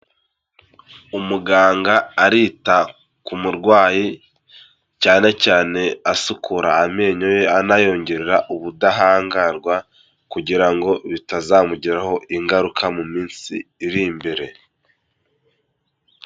Umuganga arita ku murwayi, cyane cyane asukura amenyo ye anayongerera ubudahangarwa; kugira ngo bitazamugiraho ingaruka mu minsi iri imbere.